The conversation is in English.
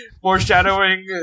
Foreshadowing